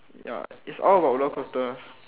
ya is all about roller coasters